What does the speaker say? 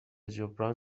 جبران